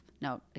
no